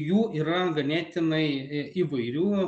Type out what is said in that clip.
jų yra ganėtinai įvairių